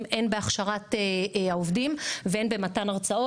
הן בהכשרת עובדים והן במתן הרצאות,